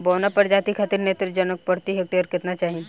बौना प्रजाति खातिर नेत्रजन प्रति हेक्टेयर केतना चाही?